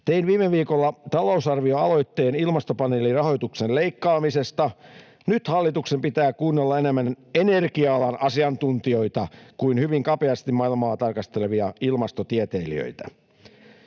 Tein viime viikolla talousarvioaloitteen ilmastopaneelin rahoituksen leikkaamisesta. Nyt hallituksen pitää kuunnella enemmän energia-alan asiantuntijoita kuin hyvin kapeasti maailmaa tarkastelevia ilmastotieteilijöitä.